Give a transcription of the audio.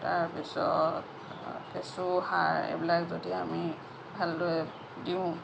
তাৰ পিছত কেঁচু সাৰ এইবিলাক যদি আমি ভালদৰে দিওঁ